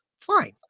fine